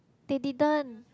they didn't